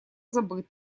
забыт